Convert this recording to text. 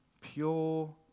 pure